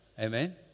Amen